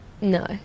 No